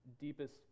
deepest